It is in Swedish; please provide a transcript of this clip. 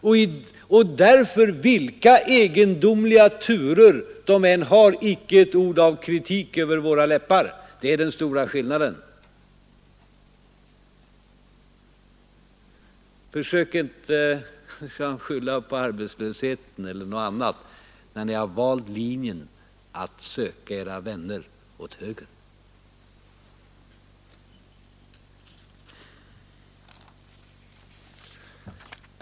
Därför kommer — vilka egendomliga turer den än har icke ett ord av kritik över era läppar. Det är den stora skillnaden. Försök inte skylla på arbetslösheten eller något annat, när ni valt linjen att söka edra vänner åt höger!